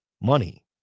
money